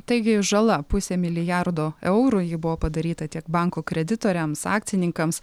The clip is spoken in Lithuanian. taigi žala pusė milijardo eurų ji buvo padaryta tiek banko kreditoriams akcininkams